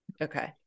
okay